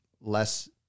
less